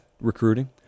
recruiting